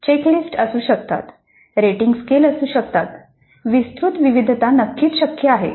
checklist असू शकतात विस्तृत विविधता नक्कीच शक्य आहे